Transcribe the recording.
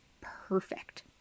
perfect